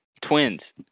Twins